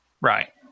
Right